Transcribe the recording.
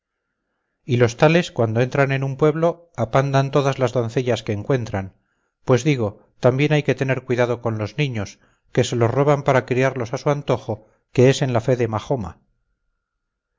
y los tales cuando entran en un pueblo apandan todas las doncellas que encuentran pues digo también hay que tener cuidado con los niños que se los roban para criarlos a su antojo que es en la fe de majoma